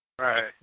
Right